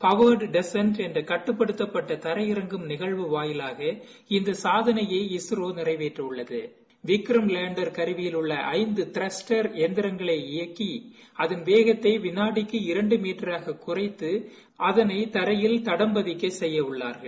covered descent என்கின்ற கட்டுப்படுத்தப்பட்ட தலாயிறங்கும் நிகழ்வு வாயிலாக இந்த காதலையை இஸ்ரோ நிறைவேற்ற உள்ளது வின்ம் லேண்டர் கருவியில் உள்ள ஐந்து கிளஸ்டர் இயந்திரங்களை இயக்கி அதன் வேகத்தை விணடிக்கு இரண்டு மீட்டராக குறைத்து அதனை தரையில் தடம் பதிக்க செப்ய உள்ளார்கள்